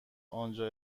آنجا